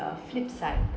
a flip side